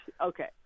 Okay